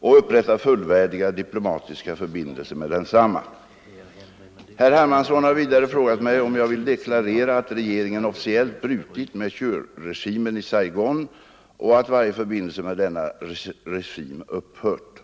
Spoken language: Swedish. och upprätta fullvärdiga diplomatiska förbindelser med densamma. Sydvietnam, m.m. Herr Hermansson har vidare frågat mig, om jag vill deklarera, att regeringen officiellt brutit med Thieuregimen i Saigon och att varje förbindelse med denna regim upphört.